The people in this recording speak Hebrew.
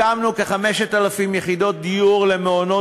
הקמנו כ-5,000 יחידות דיור למעונות